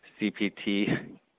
CPT